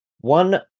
One